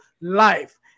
life